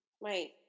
right